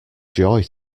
joy